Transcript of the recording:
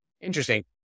Interesting